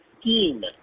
scheme